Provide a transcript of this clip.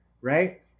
Right